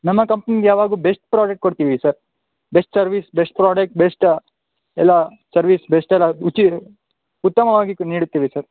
ನಮ್ಮ ಕಂಪ್ನೀಲಿ ಯಾವಾಗಲೂ ಬೆಸ್ಟ್ ಪ್ರಾಡಕ್ಟ್ ಕೊಡ್ತೀವಿ sir best service best product best ಎಲ್ಲಾ ಸರ್ವಿಸ್ ಬೆಸ್ಟಲ್ಲಿ ಆಗ ಉಚಿತ ಉತ್ತಮವಾಗಿ ಕ್ ನೀಡುತ್ತೇವೆ ಸರ್